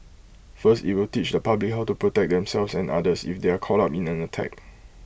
first IT will teach the public how to protect themselves and others if they are caught up in an attack